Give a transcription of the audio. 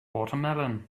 watermelon